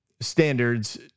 standards